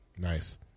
Nice